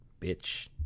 Bitch